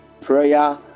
prayer